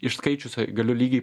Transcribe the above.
iš skaičių s galiu lygiai